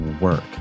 work